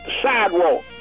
sidewalk